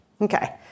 Okay